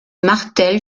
martel